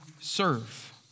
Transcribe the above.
serve